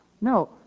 No